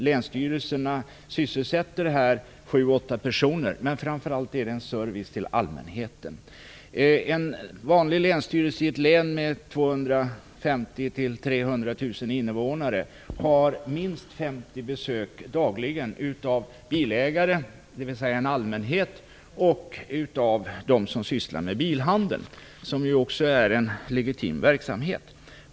Länsstyrelserna sysselsätter ju här sju åtta personer. Men framför allt är det fråga om en service till allmänheten. 300 000 invånare har minst 50 besök dagligen av bilägare - dvs. av allmänheten - och av dem som sysslar med bilhandel, som ju också är en legitim verksamhet.